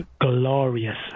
glorious